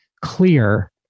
clear